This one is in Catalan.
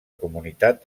comunitat